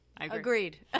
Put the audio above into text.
agreed